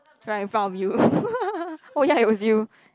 right in front of you oh ya it was you